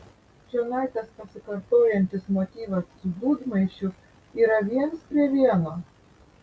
čionai tas pasikartojantis motyvas su dūdmaišiu yra viens prie vieno